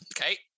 Okay